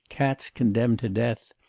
cats condemned to death,